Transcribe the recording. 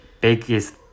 biggest